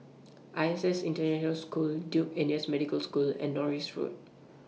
I S S International School Duke N U S Medical School and Norris Road